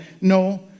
No